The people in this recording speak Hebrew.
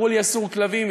אמרו לי: אסור כלבים,